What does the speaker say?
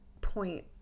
point